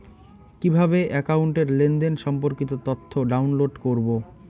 কিভাবে একাউন্টের লেনদেন সম্পর্কিত তথ্য ডাউনলোড করবো?